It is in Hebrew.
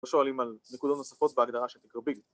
‫שואלים על נקודות נוספות ‫בהגדרה של תקרוביגל.